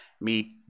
meet